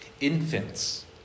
Infants